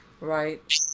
Right